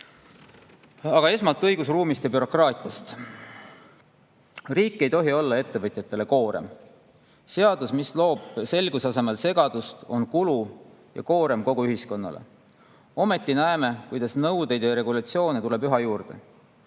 Esmalt õigusruumist ja bürokraatiast. Riik ei tohi olla ettevõtjatele koorem. Seadus, mis loob selguse asemel segadust, on kulu ja koorem kogu ühiskonnale. Ometi näeme, kuidas nõudeid ja regulatsioone tuleb üha juurde.